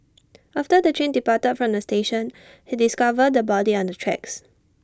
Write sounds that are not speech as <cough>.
<noise> after the train departed from the station he discovered the body on the tracks